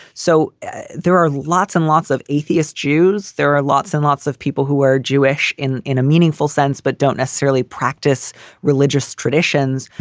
so there are lots and lots of atheist jews. there are lots and lots of people who are jewish in in a meaningful sense, but don't necessarily practice religious traditions.